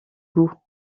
goût